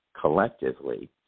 collectively